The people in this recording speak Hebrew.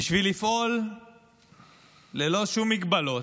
בשביל לפעול ללא שום מגבלות.